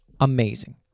amazing